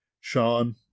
Sean